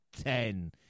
ten